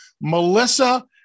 melissa